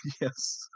Yes